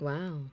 Wow